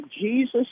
Jesus